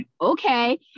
okay